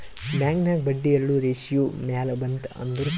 bank ನಾಗ್ ಬಡ್ಡಿ ಎರಡು ratio ಮ್ಯಾಲ ಬಂತ್ ಅಂದುರ್ ಛಲೋ